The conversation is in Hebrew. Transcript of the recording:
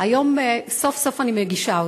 היום סוף-סוף אני מגישה אותה,